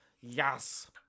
Yes